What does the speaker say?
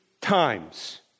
times